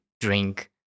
drink